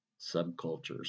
subcultures